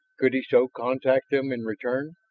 could he so contact them in return?